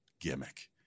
gimmick